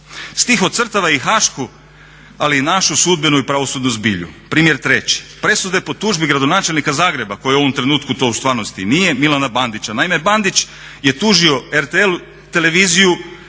Stih ocrtava i hašku ali i našu sudbinu i pravosudnu zbilju. Primjer treći. Presude po tužbi gradonačelnika Zagreba koje u ovom trenutku to u stvarnosti i nije Milana Bandića. Naime, Bandić je tužio RTL televiziju,